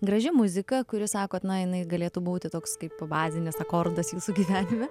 graži muzika kuri sakot na jinai galėtų būti toks kaip bazinis akordas jūsų gyvenime